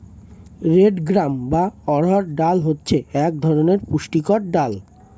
red gram বা অড়হর ডাল হচ্ছে এক ধরনের পুষ্টিকর ডাল